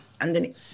underneath